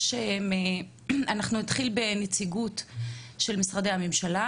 אנחנו נתחיל בנציגות של משרדי הממשלה,